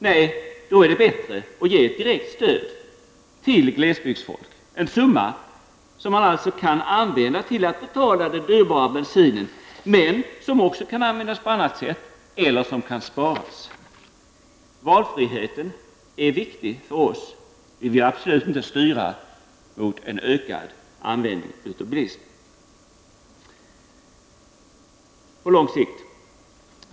Nej, då är det bättre att ge ett direkt stöd till glesbygdsfolk -- en summa som t.ex. kan användas till att betala den dyrbara bensinen eller sparas. Valfriheten är viktig för oss. Vi vill inte styra mot en ökad bilism. Vad skall vi då göra på lång sikt?